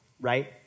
right